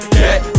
get